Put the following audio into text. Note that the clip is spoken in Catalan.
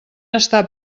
estar